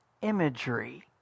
imagery